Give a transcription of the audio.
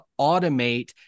automate